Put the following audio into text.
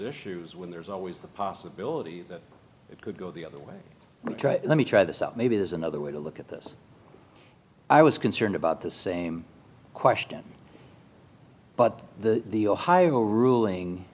issues when there's always the possibility that it could go the other way ok let me try this out maybe there's another way to look at this i was concerned about the same question but the ohio ruling